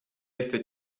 este